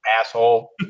asshole